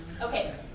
Okay